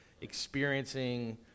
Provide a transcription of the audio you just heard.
experiencing